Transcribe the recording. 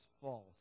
false